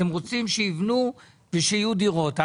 אתם רוצים שיבנו ושיהיו דירות.